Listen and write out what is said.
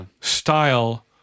style